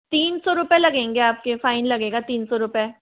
तीन सौ रुपए लगेंगे आपके फाइन लगेगा तीन सौ रुपए